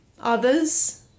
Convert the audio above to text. others